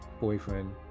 boyfriend